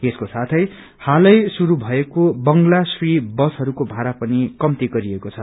यसको साथै हालै श्रुरू भएको बंगला श्री बसहरूको भारा पनि कम्ती गरिएको छ